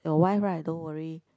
your wife right don't worry